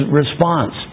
response